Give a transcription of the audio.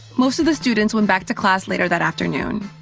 most of the students went back to class later that afternoon.